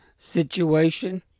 situation